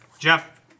Jeff